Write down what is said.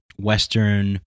Western